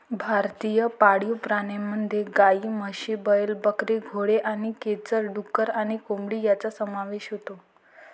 भारतीय पाळीव प्राण्यांमध्ये गायी, म्हशी, बैल, बकरी, घोडे आणि खेचर, डुक्कर आणि कोंबडी यांचा समावेश होतो